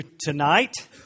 tonight